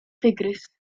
tygrys